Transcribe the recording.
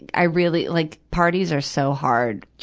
i really like, parties are so hard,